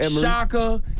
Shaka